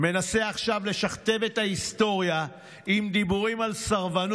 ועכשיו הוא מנסה לשכתב את ההיסטוריה עם דיבורים על סרבנות,